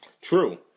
true